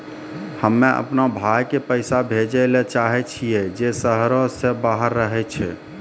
हम्मे अपनो भाय के पैसा भेजै ले चाहै छियै जे शहरो से बाहर रहै छै